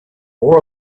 more